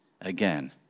again